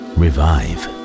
revive